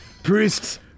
priests